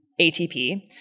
ATP